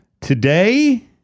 Today